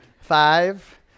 Five